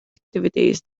activities